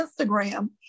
Instagram